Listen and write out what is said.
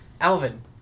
Alvin